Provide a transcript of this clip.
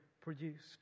produced